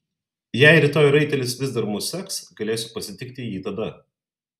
jei rytoj raitelis vis dar mus seks galėsiu pasitikti jį tada